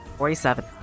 Forty-seven